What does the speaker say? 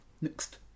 Next